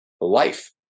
life